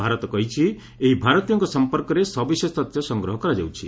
ଭାରତ କହିଛି ଏହି ଭାରତୀୟଙ୍କ ସମ୍ପର୍କରେ ସବିଶେଷ ତଥ୍ୟ ସଂଗ୍ରହ କରାଯାଉଛି